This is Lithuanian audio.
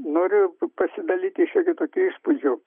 noriu pasidalyti šiokiu tokiu įspūdžiu